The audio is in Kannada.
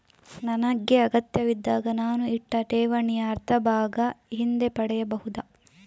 ನನಗೆ ಅಗತ್ಯವಿದ್ದಾಗ ನಾನು ಇಟ್ಟ ಠೇವಣಿಯ ಅರ್ಧಭಾಗ ಹಿಂದೆ ಪಡೆಯಬಹುದಾ?